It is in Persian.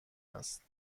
است